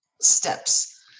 steps